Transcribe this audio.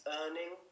earning